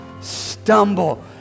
stumble